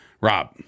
Rob